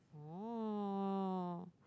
oh